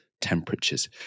temperatures